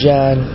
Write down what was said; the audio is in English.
John